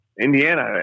Indiana